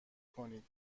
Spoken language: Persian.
کنید